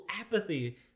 apathy